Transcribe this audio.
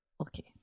okay